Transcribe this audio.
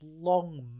long